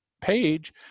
page